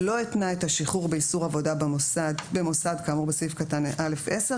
את השחרור באיסור עבודה במוסד כאמור בסעיף קטן (א)(10),